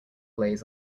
lays